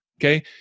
Okay